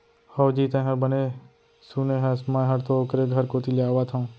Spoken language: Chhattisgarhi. हवजी, तैंहर बने सुने हस, मैं हर तो ओकरे घर कोती ले आवत हँव